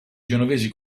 genovesi